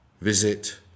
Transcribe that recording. Visit